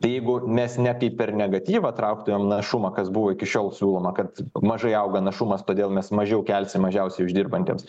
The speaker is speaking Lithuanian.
tai jeigu mes ne kaip per negatyvą trauktumėm našumą kas buvo iki šiol siūloma kad mažai auga našumas todėl mes mažiau kelsim mažiausiai uždirbantiems